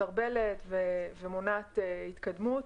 מסרבלת ומונעת התקדמות.